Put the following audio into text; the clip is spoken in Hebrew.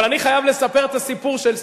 אבל אני חייב לספר את הסיפור של,